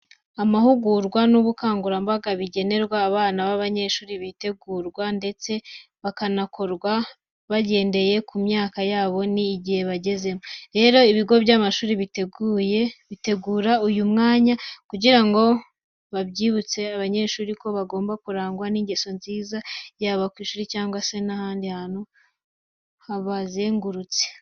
Amahugurwa n'ubukangurambaga bigenerwa abana b'abanyeshuri bitegurwa ndetse bikanakorwa bagendeye ku myaka yabo nigihe bagezemo. Rero, ibigo by'amashuri bitegura uyu mwanya kugira ngo byibutse abanyeshuri ko bagomba kurangwa n'ingeso nziza yaba ku ishuri cyangwa se n'ahandi hantu habazengurutse.